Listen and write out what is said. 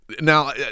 Now